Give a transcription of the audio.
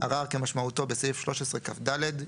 ערר כמשמעותו בסעיף 13כד,